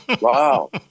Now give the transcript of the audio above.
Wow